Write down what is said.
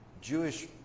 Jewish